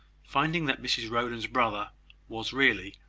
finding that mrs rowland's brother was really,